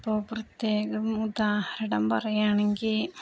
ഇപ്പോള് പ്രത്യേകം ഉദാഹരണംം പറയുകയാണെങ്കില്